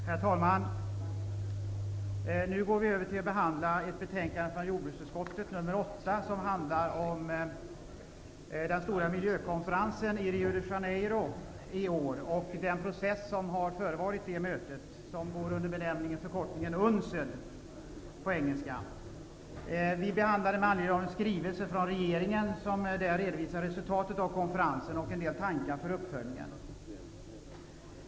Herr talman! Vi skall nu behandla betänkande nr 8 från jordbruksutskottet, som handlar om den stora miljökonferensen i Rio de Janeiro i år och den process som har förevarit det mötet och som går under benämningen UNCED. Till grund för betänkandet ligger en skrivelse från regeringen med en redovisning av resultatet av konferensen och en del tankar inför uppföljningen.